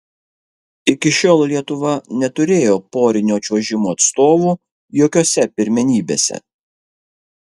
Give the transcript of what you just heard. iki šiol lietuva neturėjo porinio čiuožimo atstovų jokiose pirmenybėse